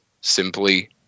simply